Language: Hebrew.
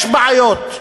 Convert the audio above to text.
יש בעיות,